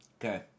Okay